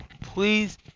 please